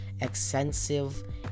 Extensive